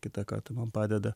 kitą kartą man padeda